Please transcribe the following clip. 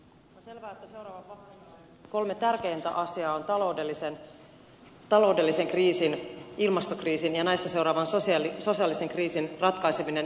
on selvää että seuraavan vaalikauden kolme tärkeintä asiaa ovat taloudellisen kriisin ilmastokriisin ja näistä seuraavan sosiaalisen kriisin ratkaiseminen yhdessä